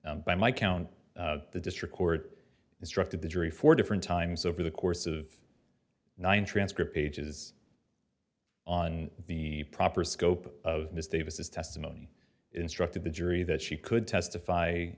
by my count the district court instructed the jury four different times over the course of nine transcript pages on the proper scope of this davis testimony instructed the jury that she could testify